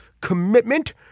commitment